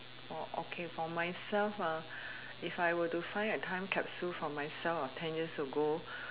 oh okay for myself ah if I were to find a time capsule for myself of ten years ago